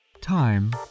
Time